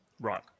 right